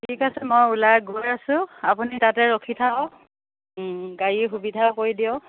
ঠিক আছে মই ওলাই গৈ আছোঁ আপুনি তাতে ৰখি থাকক গাড়ীৰ সুবিধা কৰি দিয়ক